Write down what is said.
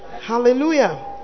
Hallelujah